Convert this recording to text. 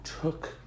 took